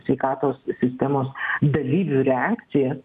sveikatos sistemos dalyvių reakcijas